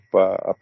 up